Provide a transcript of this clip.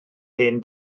hen